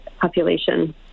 population